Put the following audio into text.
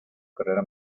carrera